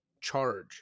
charge